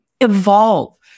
evolve